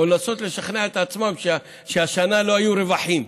ולנסות לשכנע את עצמם שהשנה לא היו רווחים.